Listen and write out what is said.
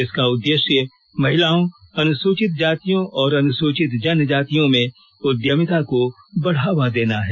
इसका उद्देश्य महिलाओं अनुसूचित जातियों और अनुसूचित जनजातियों में उद्यमिता को बढ़ावा देना है